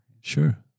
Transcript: sure